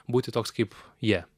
būti toks kaip jie